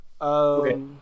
Okay